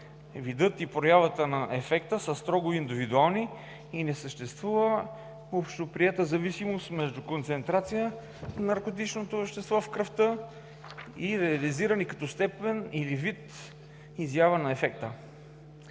видът и проявата на ефекта са строго индивидуални и не съществува общоприета зависимост между концентрация на наркотичното вещество (в кръвта) и реализиран (като вид и степен на изява) ефект.